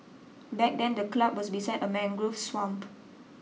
back then the club was beside a mangrove swamp